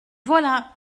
voilà